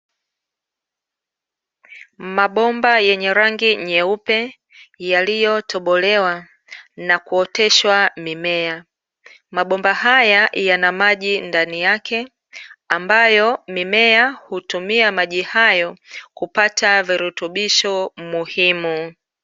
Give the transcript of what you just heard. Mabomba yenye rangi nyeupe yaliyotobolewa na kuoteshwa mimea, mabomba haya yana maji ndani yake ambayo mimea hutumia maji hayo kupata virutubisho muhimu.